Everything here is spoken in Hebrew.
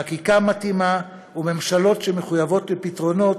חקיקה מתאימה וממשלות שמחויבות לפתרונות,